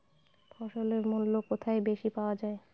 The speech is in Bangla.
ফসলের মূল্য কোথায় বেশি পাওয়া যায়?